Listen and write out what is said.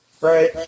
Right